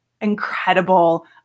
incredible